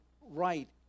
right